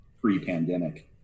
pre-pandemic